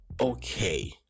okay